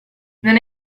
non